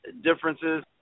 differences